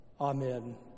Amen